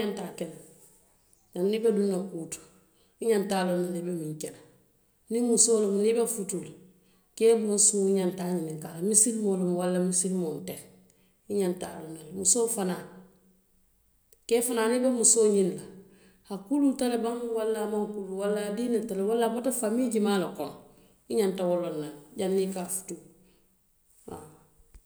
I ñanta ke la le janniŋ i be duŋ naa kuu to, i ñanta a loŋ na le i be muŋ kela niŋ musoo lemu, janniŋ i be futuu la kee boosiŋ i ñanta a ñininkaa la le, misilimoo lemu waraŋ misilimoo nteŋ i ñanta a loŋ na le. Kee fanaŋ niŋ i be musoo ñiniŋ na, a kuluuta le baŋ waraŋ a maŋ kuluu, waraŋ a diinata le baŋ waraŋ a botota famii juuma le kono, i ñanta wo loŋ na le janniŋ i ke a futuu.